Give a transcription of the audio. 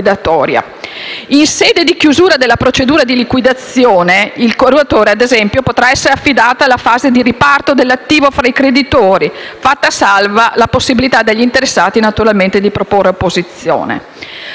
In sede di chiusura della procedura di liquidazione, al curatore potrà, inoltre, essere affidata la fase di riparto dell'attivo tra i creditori, fatta salva la possibilità degli interessati di proporre opposizione.